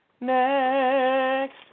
Next